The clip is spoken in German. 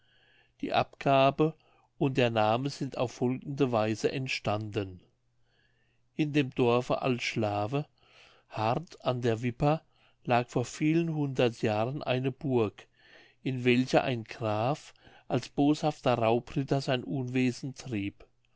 die abgabe und der name sind auf folgende weise entstanden in dem dorfe altschlawe hart an der wipper lag vor vielen hundert jahren eine burg in welcher ein graf als boshafter raubritter sein unwesen trieb